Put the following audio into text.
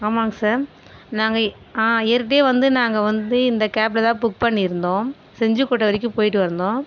ஆமாம்ங்க சார் நாங்கள் ஆ ஏற்கனவே வந்து நாங்கள் வந்து இந்த கேப்ல தான் புக் பண்ணி இருந்தோம் செஞ்சிக்கோட்டை வரைக்கும் போயிவிட்டு வந்தோம்